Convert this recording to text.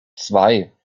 zwei